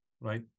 right